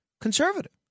conservative